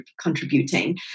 contributing